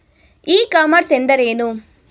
E commerce ಎಂದರೇನು?